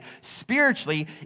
spiritually